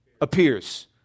appears